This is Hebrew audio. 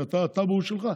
כי הטאבו הוא שלך.